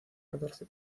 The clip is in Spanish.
catorce